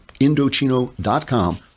Indochino.com